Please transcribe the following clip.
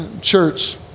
church